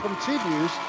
continues